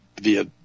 via